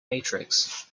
matrix